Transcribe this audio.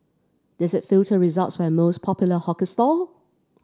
does it filter results by most popular hawker stall